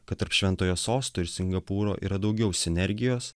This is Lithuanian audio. kad tarp šventojo sosto ir singapūro yra daugiau sinergijos